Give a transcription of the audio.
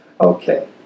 Okay